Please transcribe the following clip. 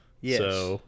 Yes